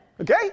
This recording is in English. Okay